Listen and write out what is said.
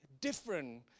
different